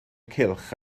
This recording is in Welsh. cylch